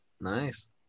Nice